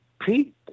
Pete